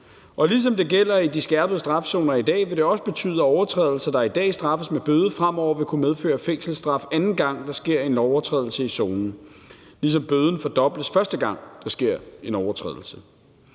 Ligesom det gælder i de skærpede strafzoner i dag, vil det også betyde, at overtrædelser, der i dag straffes med bøde, fremover vil kunne medføre fængselsstraf, anden gang der sker en lovovertrædelse i zonen, ligesom bøden fordobles, første gang der sker en overtrædelse.